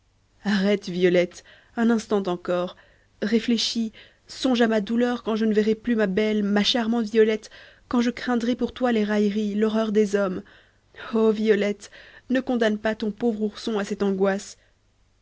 arrête violette un instant encore réfléchis songe à ma douleur quand je ne verrai plus ma belle ma charmante violette quand je craindrai pour toi les railleries l'horreur des hommes oh violette ne condamne pas ton pauvre ourson à cette angoisse